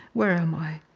where am i?